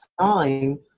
time